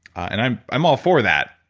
and i'm i'm all for that.